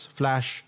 flash